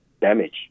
damage